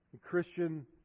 Christian